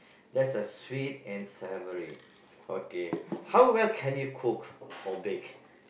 that's a sweet and savory okay how well can you cook or bake